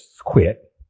quit